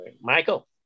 Michael